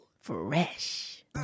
Fresh